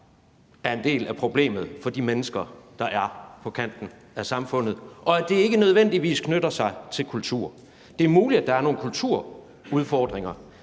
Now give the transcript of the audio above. er en del af problemet for de mennesker, der er på kanten af samfundet, og at det ikke nødvendigvis knytter sig til kultur. Det er muligt, at der er nogle kulturudfordringer,